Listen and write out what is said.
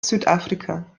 südafrika